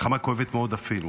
מלחמה כואבת מאוד אפילו.